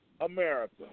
America